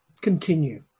continue